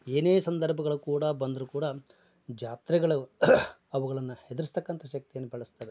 ಏನೇ ಸಂದರ್ಭಗಳು ಕೂಡ ಬಂದರೂ ಕೂಡ ಜಾತ್ರೆಗಳು ಅವುಗಳನ್ನ ಎದರ್ಸ್ತಕ್ಕಂಥ ಶಕ್ತಿಯನ್ನ ಬೆಳೆಸ್ತವೆ